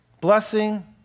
blessing